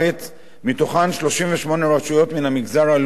מהן 38 רשויות במגזר הלא-יהודי.